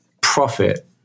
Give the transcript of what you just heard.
profit